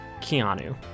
keanu